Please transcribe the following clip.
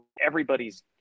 everybody's